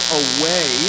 away